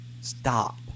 stop